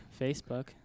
Facebook